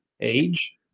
age